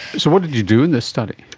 so what did you do in this study?